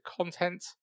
content